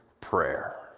prayer